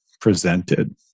presented